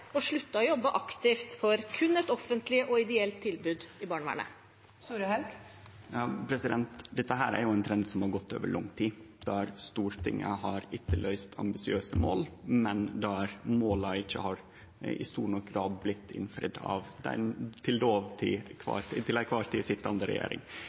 og sluttet å jobbe aktivt for kun et offentlig og et ideelt tilbud i barnevernet? Dette er ein trend som har gått føre seg over lang tid, der Stortinget har etterlyst ambisiøse mål, men der måla ikkje i stor nok grad har blitt innfridde av den til kvar tid